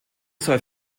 sei